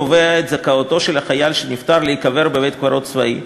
קובע את זכאותו של חייל שנפטר להיקבר בבית-קברות צבאי,